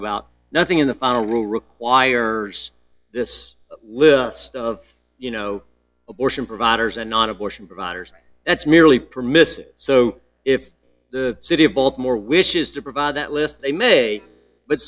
about nothing in the final rule requires this list of you know abortion providers or non abortion providers that's merely permissive so if the city of baltimore wishes to provide that list they may but